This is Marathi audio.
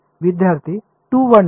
विद्यार्थी 2 1 2